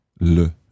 le